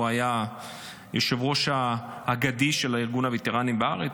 הוא היה היושב-ראש האגדי של ארגון הווטרנים בארץ,